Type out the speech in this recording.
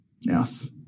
Yes